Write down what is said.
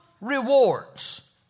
rewards